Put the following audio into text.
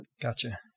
Gotcha